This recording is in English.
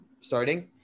starting